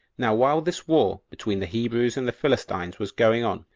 now while this war between the hebrews and the philistines was going on,